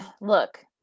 look